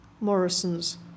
Morrisons